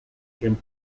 came